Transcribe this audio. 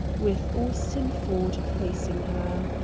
with austin ford facing her.